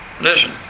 listen